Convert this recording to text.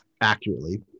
accurately